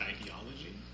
ideology